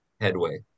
headway